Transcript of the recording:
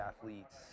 athletes